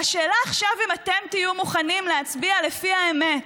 והשאלה עכשיו אם אתם תהיו מוכנים להצביע לפי האמת,